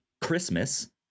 christmas